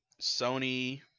sony